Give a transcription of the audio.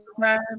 time